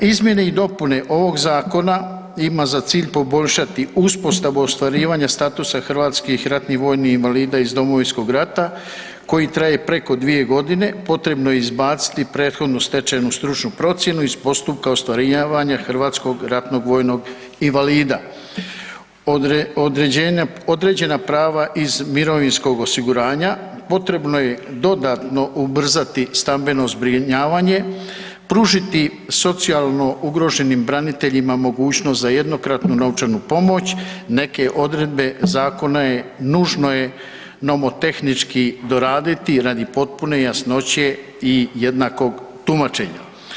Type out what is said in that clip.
Izmjene i dopune ovog zakona ima za cilj poboljšati uspostavu ostvarivanja statusa hrvatskih ratnih vojnih invalida iz Domovinskog rata koji traje preko 2 g., potrebno je izbaciti prethodnu stečenu stručnu procjenu iz postupka ostvarivanja hrvatskog ratnog vojnog invalida, određena prava iz mirovinskog osiguranja potrebno je dodatno ubrzati stambeno zbrinjavanje, pružiti socijalno ugroženim braniteljima mogućnost za jednokratnu novčanu pomoć, neke odredbe zakona nužno je novotehnički doraditi radi potpune jasnoće i jednakog tumačenja.